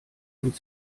und